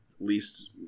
least